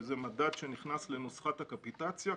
שזה מדד שנכנס לנוסחת הקפיטציה.